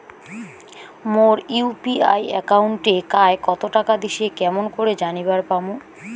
মোর UPI একাউন্টে কায় কতো টাকা দিসে কেমন করে জানিবার পামু?